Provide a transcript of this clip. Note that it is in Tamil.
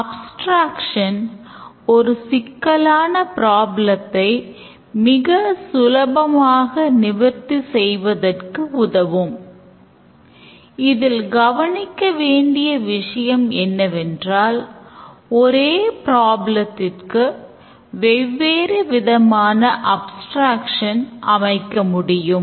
அப்ஸ்டிரேக்ஸன் அமைக்க முடியும்